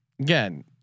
again